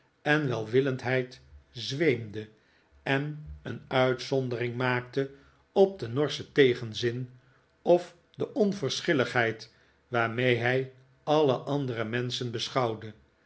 en welwillendheid zweemde en een uitzondering maakte op den norschen tegenzin of de onverschilligheid waarmee hij alle andere menschen beschouwde